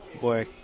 boy